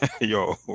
yo